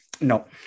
No